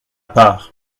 part